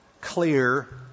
clear